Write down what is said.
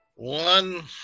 One